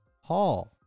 Hall